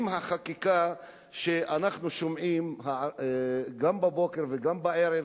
עם החקיקה שאנחנו שומעים, גם בבוקר וגם בערב,